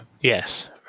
Yes